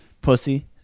Pussy